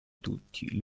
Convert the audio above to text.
tutti